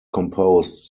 composed